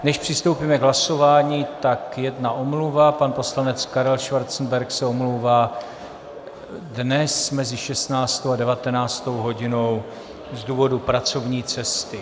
Než přistoupíme k hlasování, jedna omluva: pan poslanec Karel Schwarzenberg se omlouvá dnes mezi 16. a 19. hodinou z důvodu pracovní cesty.